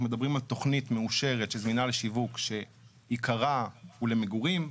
אנחנו מדברים על תכנית מאושרת שזמינה לשיווק שעיקרה הוא למגורים.